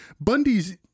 Bundy's